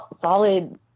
solid